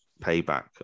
payback